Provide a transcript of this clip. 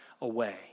away